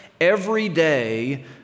everyday